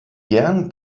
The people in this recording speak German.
gern